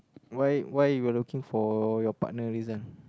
why why you are looking for your partner reason